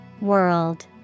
World